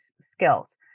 skills